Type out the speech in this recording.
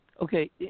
Okay